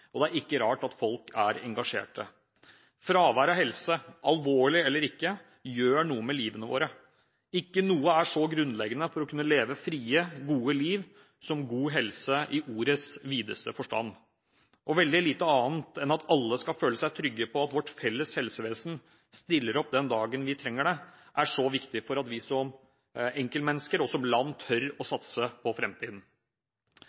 Og det er ikke rart folk er engasjerte. Fravær av god helse – alvorlig eller ikke – gjør noe med livene våre. Ikke noe er så grunnleggende for å kunne leve frie, gode liv som god helse i ordets videste forstand. Og veldig lite annet enn at alle skal føle seg trygge på at vårt felles helsevesen stiller opp den dagen vi trenger det, er så viktig for at vi som enkeltmennesker og land tør å